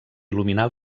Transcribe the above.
il·luminar